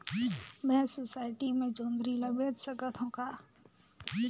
मैं सोसायटी मे जोंदरी ला बेच सकत हो का?